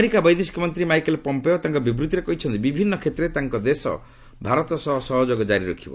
America ବୈଦେଶିକ ମନ୍ତ୍ରୀ Michael Pompeo ତାଙ୍କ ବିବୃତ୍ତିରେ କହିଛନ୍ତି ବିଭିନ୍ନ କ୍ଷେତ୍ରରେ ତାଙ୍କ ଦେଶ ଭାରତ ସହ ସହଯୋଗ କାରି ରଖିବ